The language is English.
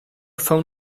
phone